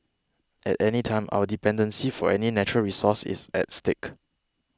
at any time our dependency for any natural resource is at stake